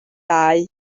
dau